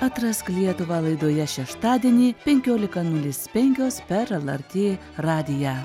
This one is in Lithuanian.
atrask lietuvą laidoje šeštadienį penkiolika nulis penkios per lrt radiją